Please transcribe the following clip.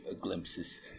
Glimpses